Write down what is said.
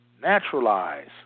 Naturalize